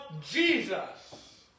Jesus